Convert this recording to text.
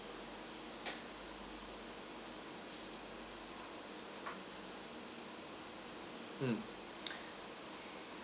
mm